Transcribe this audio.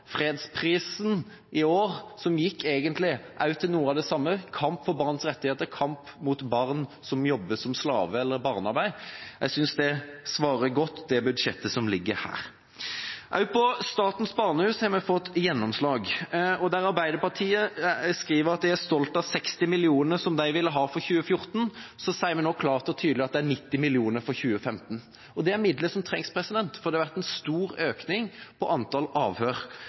Fredsprisen i år gikk egentlig til noe av det samme, kampen for barns rettigheter, kampen mot barneslaveri eller barnearbeid, og jeg synes det budsjettet som ligger her, svarer godt. Også når det gjelder Statens Barnehus, har vi fått gjennomslag. Arbeiderpartiet skriver at de er stolt av de 60 mill. kr som de ville ha for 2014, og så sier vi nå klart og tydelig at det er 90 mill. kr for 2015. Det er midler som trengs, for det har vært en stor økning i antall avhør.